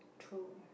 true